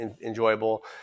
enjoyable